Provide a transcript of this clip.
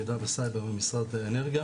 מידע וסייבר במשרד האנרגיה.